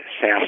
SAS